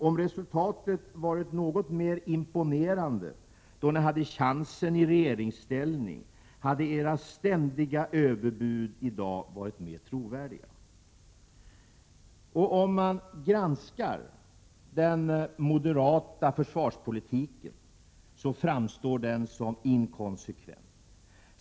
Om resultatet, då ni hade chansen i regeringsställning, hade gjort något större intryck, hade era ständiga överbud i dag varit mer trovärdiga. Vid en granskning av den moderata försvarspolitiken framstår den som inkonsekvent.